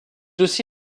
aussi